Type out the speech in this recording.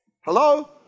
Hello